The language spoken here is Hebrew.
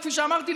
וכפי שאמרתי,